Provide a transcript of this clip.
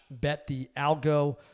betthealgo